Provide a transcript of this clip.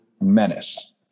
menace